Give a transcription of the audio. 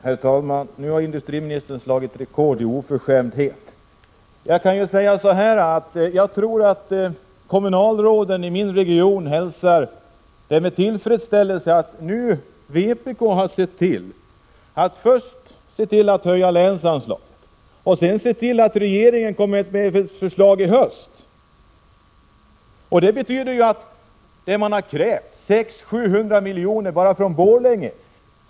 Herr talman! Nu har industriministern slagit rekord i oförskämdhet. Jag tror att kommunalråden i min region hälsar med tillfredsställelse att vpk först har sett till att länsanslaget höjs och sedan har sett till att regeringen kommer med ett förslag i höst. Vad man har krävt är 600-700 milj.kr. bara från Borlänge.